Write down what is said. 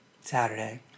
Saturday